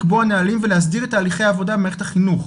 לקבוע נהלים ולהסדיר את תהליכי העבודה במערכת החינוך.